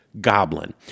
Goblin